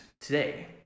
today